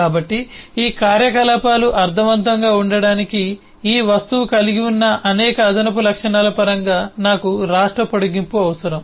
కాబట్టి ఈ కార్యకలాపాలు అర్ధవంతంగా ఉండటానికి ఈ వస్తువు కలిగివున్న అనేక అదనపు లక్షణాల పరంగా నాకు రాష్ట్ర పొడిగింపు అవసరం